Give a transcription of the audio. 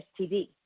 STD